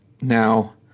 Now